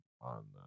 on